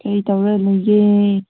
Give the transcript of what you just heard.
ꯀꯔꯤ ꯇꯧꯔ ꯂꯩꯒꯦ